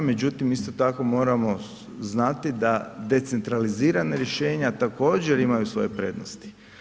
Međutim, isto tako moramo znati da decentralizirana rješenja također imaju svoje prednosti.